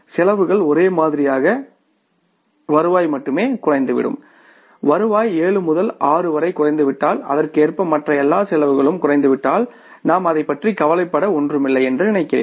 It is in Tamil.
செலவுகள் ஒரே மாதிரியாக வருவாய் மட்டுமே குறைந்துவிடும் வருவாய் 7 முதல் 6 வரை குறைந்துவிட்டால் அதற்கேற்ப மற்ற எல்லா செலவுகளும் குறைந்துவிட்டால் நாம் அதைப் பற்றி கவலைப்பட ஒன்றுமில்லை என்று நினைக்கிறேன்